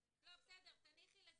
אני מניחה ש --- תניחי לזה